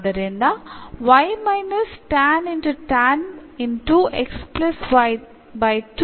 ಆದ್ದರಿಂದ